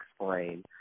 explain